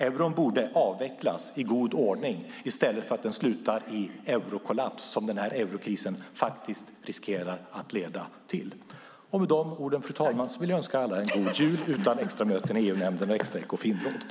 Euron borde avvecklas i god ordning i stället för att den ska sluta i eurokollaps, vilket eurokrisen riskerar att leda till. Med de orden, fru talman, vill jag önska alla en god jul utan extra möten i EU-nämnden och extra Ekofinråd.